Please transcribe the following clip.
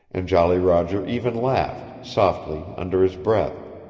and jolly roger even laughed, softly, under his breath.